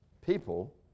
People